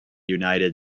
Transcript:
united